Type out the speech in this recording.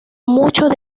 muchos